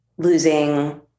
losing